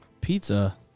Pizza